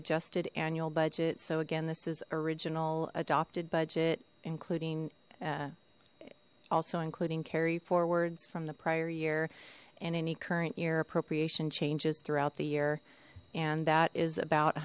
adjusted annual budget so again this is original adopted budget including also including carryforwards from the prior year and any current year appropriation changes throughout the year and that is about